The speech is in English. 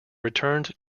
returned